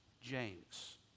James